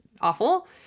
awful